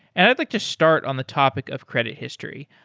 and i'd like to start on the topic of credit history.